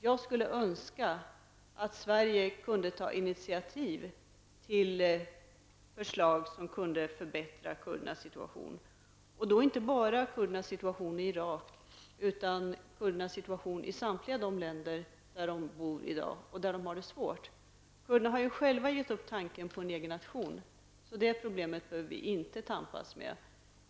Jag skulle önska att Sverige kunde ta initiativ till förslag som kunde förbättra kurdernas situation -- inte bara kurdernas situation i Irak utan kurdernas situation i samtliga de länder där de bor i dag och där de har det svårt. Kurderna har själva gett upp tanken på en egen nation. Det problemet behöver vi således inte tampas med.